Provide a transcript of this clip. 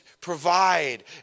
provide